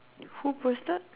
who posted